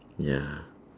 ya